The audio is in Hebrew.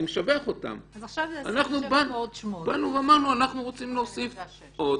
אני משבח אותם -- אז עכשיו זה 27 ועוד 8. -- אנחנו אמרנו שאנחנו רוצים להוסיף עוד.